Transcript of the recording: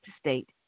state